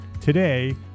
today